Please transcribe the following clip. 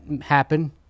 happen